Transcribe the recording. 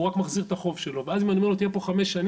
הוא רק מחזיר את החוב שלו ואז אם אני אומר לו "תהיה פה חמש שנים",